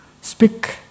speak